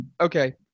Okay